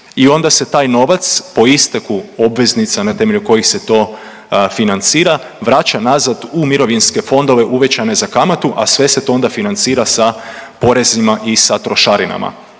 i onda se taj novac po isteku obveznica na temelju kojih se to financira vraća nazad u mirovinske fondove uvećane za kamatu, a sve se to onda financira sa porezima i sa trošarinama.